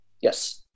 Yes